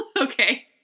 Okay